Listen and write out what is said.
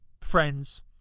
Friends